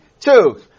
Two